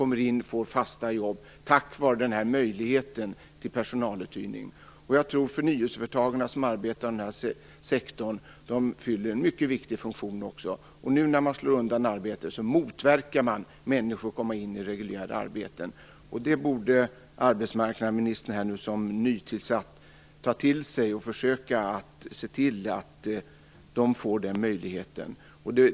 Många får fasta jobb tack vare den här möjligheten till personaluthyrning. Jag tror att de förnyelseföretag som arbetar i den här sektorn fyller en mycket viktig funktion. Nu när denna möjlighet till personaluthyrning slås undan motverkas människors möjligheter att komma in i reguljära arbeten. Det borde arbetsmarknadsministern som nytillsatt ta till sig, och hon borde se till att människor får den möjligheten.